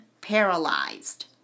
paralyzed